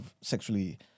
sexually